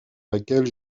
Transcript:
laquelle